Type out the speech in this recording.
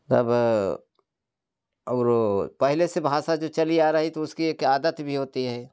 तब और पहले से भाषा जो चली आ रही तो उसकी एक आदत भी होती है